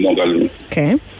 Okay